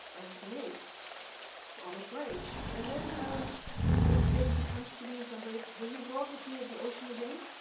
i was twenty eight almost my age. and then the next day he comes to me in some break, will you walk with me at the ocean again?